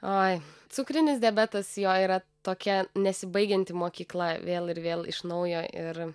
oi cukrinis diabetas jo yra tokia nesibaigianti mokykla vėl ir vėl iš naujo ir